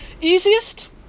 Easiest